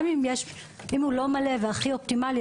גם אם הוא לא הכי אופטימלי והוא לא הכי מלא,